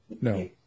No